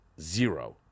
zero